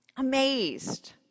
Amazed